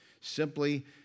Simply